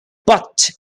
butt